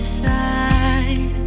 side